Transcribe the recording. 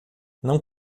não